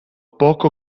poco